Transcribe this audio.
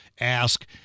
ask